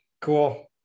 Cool